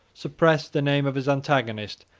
suppressed the name of his antagonist,